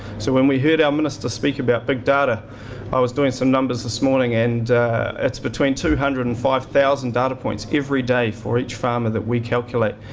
so when we heard our minister speak about big data i was doing some numbers this morning, and it's between two hundred and five thousand data points every day for each farmer, that we calculate,